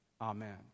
Amen